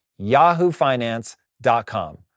yahoofinance.com